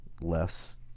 less